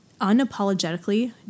unapologetically